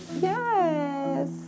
Yes